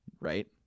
right